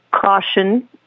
caution